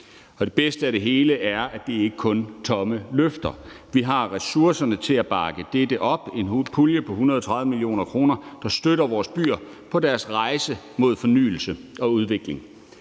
Det bedste af det hele er, at det ikke kun er tomme løfter. Vi har ressourcerne til at bakke dette op med en pulje på 130 mio. kr., der støtter vores byer på deres rejse mod fornyelse og udvikling.